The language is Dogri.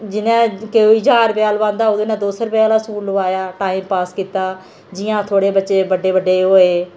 जियां कोई ज्हार रपेऽ आहला लुआंदा होग उ'नें दो सौ आहला लुआया टाइम पास कीता जियां थोह्ड़े बच्चे बड्डे बड्डे होऐ